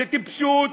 זו טיפשות.